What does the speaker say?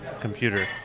computer